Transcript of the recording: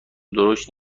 درشت